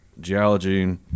geology